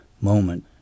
moment